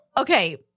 okay